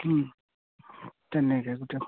তেনেকে গোটইখন